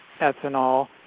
ethanol